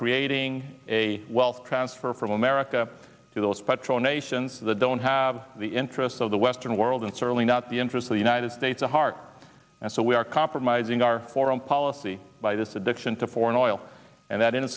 creating a wealth transfer from america to those petro nations that don't have the interests of the western world and certainly not the interest of the united states the heart and so we are compromising our foreign policy by this addiction to foreign oil and that in